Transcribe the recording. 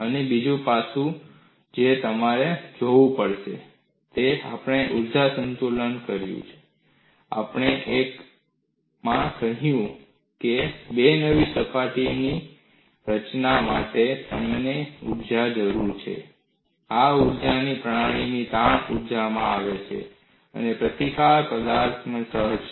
અને બીજું પાસું જે તમારે જોવું પડશે તે છે આપણે ઊર્જા સંતુલન કર્યું છે આપણે એમ પણ કહ્યું છે કે બે નવી સપાટીની રચના માટે મને ઊર્જાની જરૂર છે અને આ ઊર્જા પ્રણાલીની તાણ ઊર્જામાંથી આવે છે અને પ્રતિકાર પદાર્થમાં સહજ છે